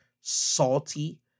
salty